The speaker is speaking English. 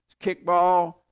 kickball